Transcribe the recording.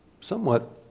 Somewhat